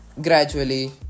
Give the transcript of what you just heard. gradually